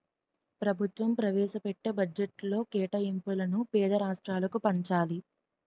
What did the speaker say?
ప్రభుత్వం ప్రవేశపెట్టే బడ్జెట్లో కేటాయింపులను పేద రాష్ట్రాలకు పంచాలి